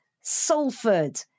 Salford